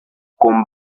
con